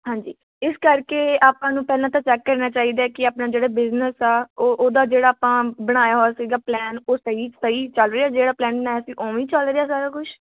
ਹਾਂਜੀ ਇਸ ਕਰਕੇ ਆਪਾਂ ਨੂੰ ਪਹਿਲਾਂ ਤਾਂ ਚੈੱਕ ਕਰਨਾ ਚਾਹੀਦਾ ਕਿ ਆਪਣਾ ਜਿਹੜਾ ਬਿਜ਼ਨਸ ਆ ਉਹ ਉਹਦਾ ਜਿਹੜਾ ਆਪਾਂ ਬਣਾਇਆ ਹੋਇਆ ਸੀਗਾ ਪਲੈਨ ਉਹ ਸਹੀ ਸਹੀ ਚੱਲ ਰਿਹਾ ਜਿਹੜਾ ਪਲੈਨ ਬਣਾਇਆ ਸੀ ਉਵੇਂ ਹੀ ਚੱਲ ਰਿਹਾ ਸਾਰਾ ਕੁਛ